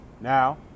Now